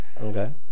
Okay